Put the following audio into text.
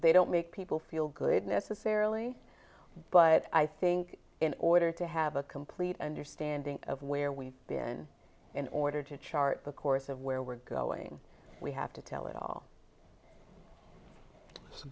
they don't make people feel good necessarily but i think in order to have a complete understanding of where we've been in order to chart the course of where we're going we have to tell it all